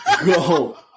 Go